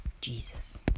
Jesus